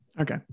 Okay